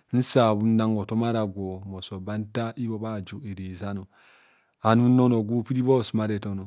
. Nsa nnan hotom ara gwo moso ba nta ibhobhe aju irizan anum nna onor gwo piri bha osumareton